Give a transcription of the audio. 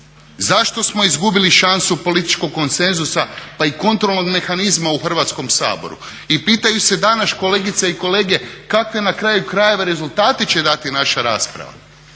Zašto smo izgubili šansu političkog konsenzusa pa i kontrolnog mehanizma u Hrvatskom saboru? I pitaju se danas kolegice i kolege kakve na kraju krajeva rezultate će dati naša rasprava?